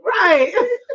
Right